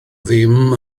ddim